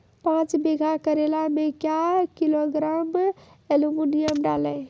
पाँच बीघा करेला मे क्या किलोग्राम एलमुनियम डालें?